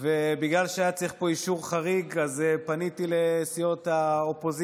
ובגלל שהיה צריך פה אישור חריג פניתי לסיעות האופוזיציה,